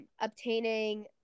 obtaining